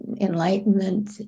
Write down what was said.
enlightenment